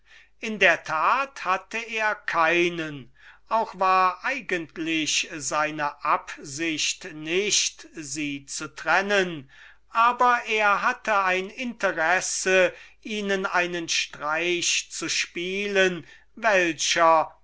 in der tat hatte er keinen auch hatte er eigentlich die absicht nicht sie zu trennen aber er hatte ein interesse ihnen einen streich zu spielen welcher